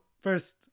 first